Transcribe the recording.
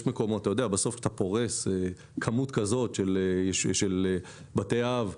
בסוף אתה פורס כמות כזאת של בתי אב,